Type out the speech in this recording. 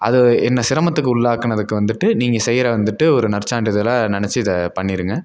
அது என்ன சிரமத்துக்கு உள்ளாக்கினதுக்கு வந்துட்டு நீங்க செய்யுற வந்துட்டு ஒரு நற்சான்றிதழாக நினைச்சி இதை பண்ணியிருங்க